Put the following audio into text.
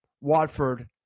Watford